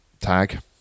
tag